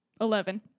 Eleven